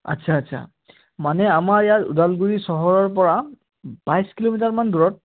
আচ্ছা আচ্ছা মানে আমাৰ ইয়াত ওদালগুৰি চহৰৰ পৰা বাইছ কিলোমিটাৰমান দূৰত